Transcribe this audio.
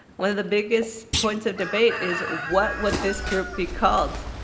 one of the biggest points of debate is, what would this group be called?